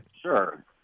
Sure